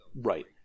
Right